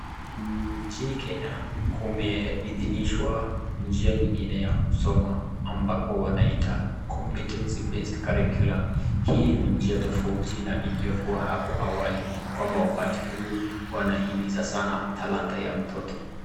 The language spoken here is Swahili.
Nchini Kenya, kumeidhinishwa njia ingine ya kusoma ambapo wanaita Competence Based Curriculum . Hii ni njia tofauti na iliyokua ya hapo awali kwamba wakati huu wanahimiza sanaa talanta ya mtoto.